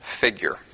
figure